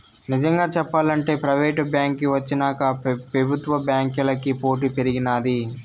నిజంగా సెప్పాలంటే ప్రైవేటు బాంకీ వచ్చినాక పెబుత్వ బాంకీలకి పోటీ పెరిగినాది